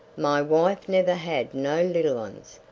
my wife never had no little uns,